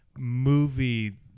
Movie